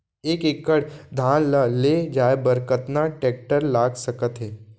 एक एकड़ धान ल ले जाये बर कतना टेकटर लाग सकत हे?